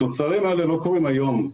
התוצרים האלה לא קורים היום.